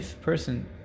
person